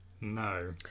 No